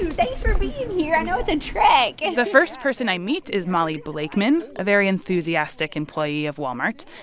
and thanks for being here. i know it's a and trek and the first person i meet is molly blakeman, a very enthusiastic employee of walmart.